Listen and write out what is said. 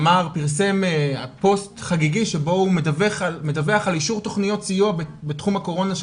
פרסם פוסט חגיגי שבו הוא מדווח על אישור תוכניות סיוע בתחום הקורונה,